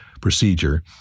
procedure